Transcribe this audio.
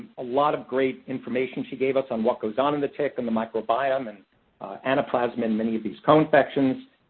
a lot of great information she gave us on what goes on in the tick and the microbiome and anaplasma and many of these co-infections.